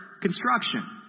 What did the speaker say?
construction